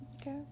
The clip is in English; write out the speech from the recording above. Okay